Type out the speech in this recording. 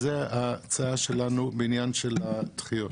זו ההצעה שלנו בעניין הדחיות.